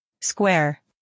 square